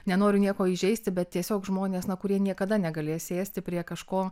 nenoriu nieko įžeisti bet tiesiog žmonės na kurie niekada negalės sėsti prie kažko